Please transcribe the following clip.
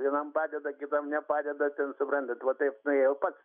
vienam padeda kitam nepadeda suprantat va taip nuėjau pats